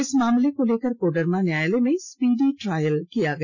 इस मामले को लेकर कोडरमा न्यायालय में स्पीडी ट्रायल किया गया